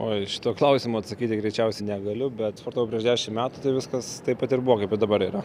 oi šito klausimo atsakyti greičiausiai negaliu bet po to prieš dešimt metų tai viskas taip pat ir buvo bet dabar yra